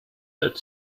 that